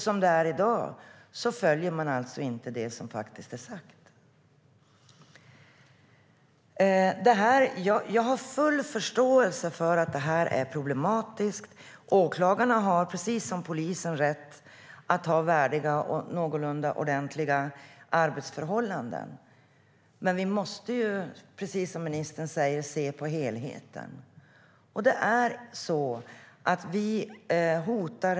Som det är i dag följer man alltså inte det som faktiskt är sagt. Jag har full förståelse för att det är problematiskt. Åklagarna, precis som polisen, har rätt att ha värdiga och någorlunda ordentliga arbetsförhållanden, men vi måste, som ministern också säger, se till helheten.